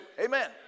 Amen